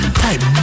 type